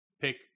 pick